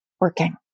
working